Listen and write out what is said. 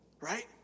Right